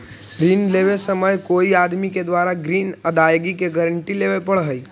ऋण लेवे समय कोई आदमी के द्वारा ग्रीन अदायगी के गारंटी लेवे पड़ऽ हई